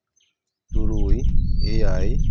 ᱛᱩᱨᱩᱭ ᱮᱭᱟᱭ